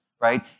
right